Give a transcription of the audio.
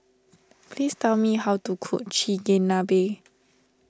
please tell me how to cook Chigenabe